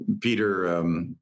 Peter